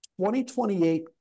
2028